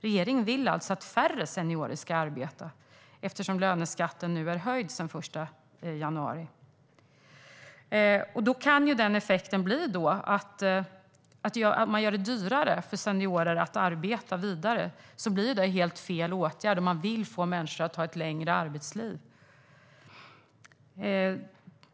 Regeringen vill alltså att färre seniorer ska arbeta eftersom löneskatten nu är höjd sedan den 1 januari. Effekten kan bli att man gör det dyrare för seniorer att arbeta vidare. Det blir helt fel åtgärd om man vill få människor att ha ett längre arbetsliv.